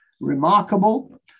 remarkable